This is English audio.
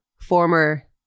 former